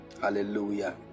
Hallelujah